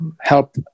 help